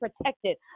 protected